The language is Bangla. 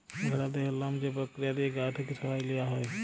ভেড়ার দেহের লম যে পক্রিয়া দিঁয়ে গা থ্যাইকে সরাঁয় লিয়া হ্যয়